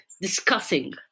discussing